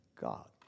God